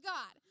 God